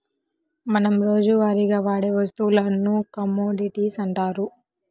మనం రోజువారీగా వాడే వస్తువులను కమోడిటీస్ అంటారు